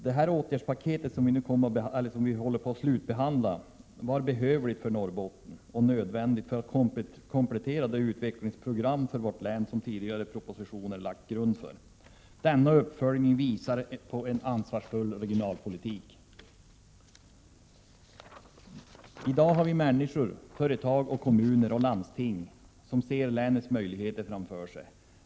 Det åtgärdspaket som vi nu slutbehandlar var behövligt och nödvändigt för att komplettera det utvecklingsprogram för vårt län som den tidigare propositionen lagt grunden för. Denna uppföljning visar på en ansvarsfull regionalpolitik. I dag har vi människor, företag, kommuner och landsting som ser länets 153 möjligheter framför sig.